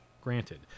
granted